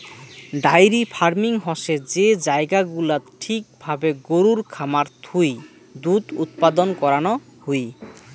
diary farming হসে যে জায়গা গুলাত ঠিক ভাবে গরুর খামার থুই দুধ উৎপাদন করানো হুই